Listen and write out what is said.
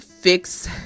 fix